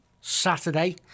Saturday